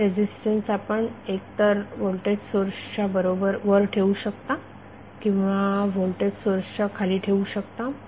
हा रेझिस्टन्स आपण एकतर व्होल्टेज सोर्सच्या वर ठेवू शकता किंवा व्होल्टेज सोर्सच्या खाली ठेवू शकता